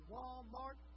Walmart